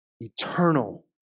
eternal